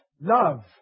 Love